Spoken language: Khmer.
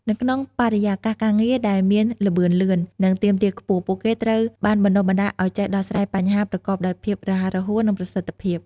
នៅក្នុងបរិយាកាសការងារដែលមានល្បឿនលឿន និងទាមទារខ្ពស់ ពួកគេត្រូវបានបណ្ដុះបណ្ដាលឱ្យចេះដោះស្រាយបញ្ហា ប្រកបដោយភាពរហ័សរហួន និងប្រសិទ្ធភាព។